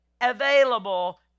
available